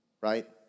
right